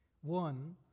One